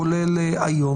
כולל היום.